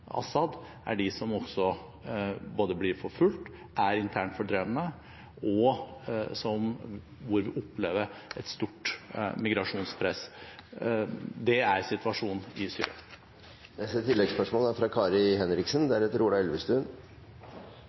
er de som også både blir forfulgt, er internt fordrevne og opplever et stort migrasjonspress. Det er situasjonen i Syria. Kari Henriksen – til oppfølgingsspørsmål. Mitt oppfølgingsspørsmål går til justisministeren. Det er